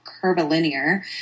curvilinear